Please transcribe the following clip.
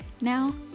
Now